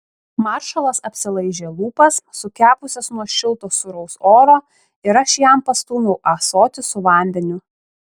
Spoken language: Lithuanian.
maršalas apsilaižė lūpas sukepusias nuo šilto sūraus oro ir aš jam pastūmiau ąsotį su vandeniu